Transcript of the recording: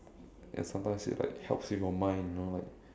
and sometimes it like helps with your mind you know like